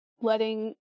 letting